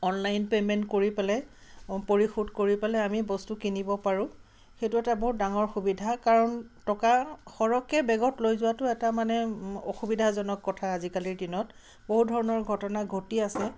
online payment কৰি পেলাই পৰিশোধ কৰি পেলাই আমি বস্তু কিনিব পাৰোঁ সেইটো এটা বহুত ডাঙৰ সুবিধা কাৰণ টকা সৰহকৈ বেগত লৈ যোৱাটো এটা মানে অসুবিধাজনক কথা আজিকালিৰ দিনত বহু ধৰণৰ ঘটনা ঘটি আছে